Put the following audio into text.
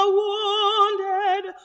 wounded